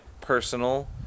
personal